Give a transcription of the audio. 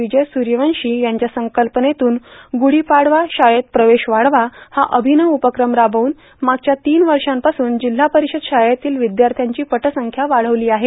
विजय सूर्यवंशी यांच्या संकल्पनेतून गुडी पाढावा शाळा प्रवेश वाढावा हा अभिनव उपक्रम राबवून मागच्या तीन वर्षापासून जिल्हा परिषद शाळेतील विद्यार्थ्यांची पटसंख्या वाढविली आहे